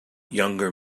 younger